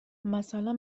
مثلا